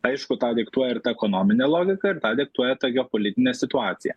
aišku tą diktuoja ir ta ekonominė logika ir tą diktuoja ta geopolitinė situacija